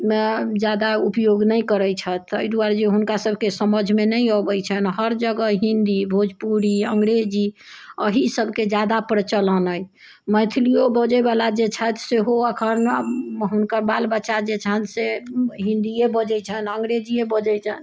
मे जादा उपयोग नहि करैत छथि ताहि दुआरे जे हुनका सबके समझमे नहि अबैत छनि हर जगह हिंदी भोजपुरी अंग्रेजी अहि सबके जादा प्रचलन अछि मैथलियो बजै बला जे छथि सेहो अखन हुनकर बाल बच्चा जे छनि से हिन्दीए बजैटी छनि अंग्रेजीए बजैत छनि